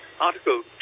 Article